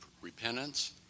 repentance